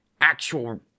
actual